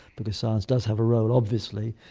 because science does have a role obviously,